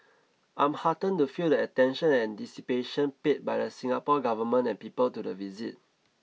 I'm heartened to feel the attention and anticipation paid by the Singapore government and people to the visit